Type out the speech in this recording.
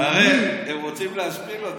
הרי הם רוצים להשפיל אותך,